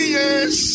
yes